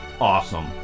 awesome